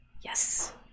Yes